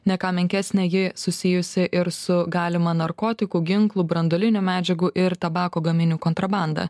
ne ką menkesnė ji susijusi ir su galima narkotikų ginklų branduolinių medžiagų ir tabako gaminių kontrabanda